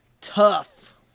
tough